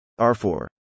R4